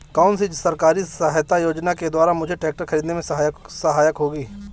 कौनसी सरकारी सहायता योजना के द्वारा मुझे ट्रैक्टर खरीदने में सहायक होगी?